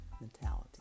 Mentality